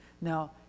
Now